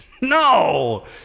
No